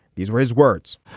these were his words.